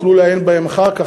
שיוכלו לעיין בהם אחר כך.